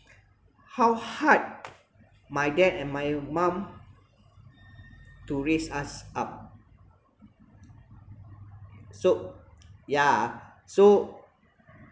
how hard my dad and my mum to raise us up so yeah so